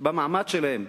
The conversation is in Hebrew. במעמד שלהם.